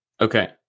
Okay